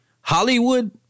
Hollywood